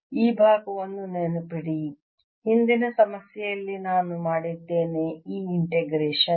ಈ ಭಾಗವನ್ನು ನೆನಪಿಡಿ ಹಿಂದಿನ ಸಮಸ್ಯೆಯಲ್ಲಿ ನಾನು ಮಾಡಿದ್ದೇನೆ ಈ ಇಂಟಿಗ್ರೇಷನ್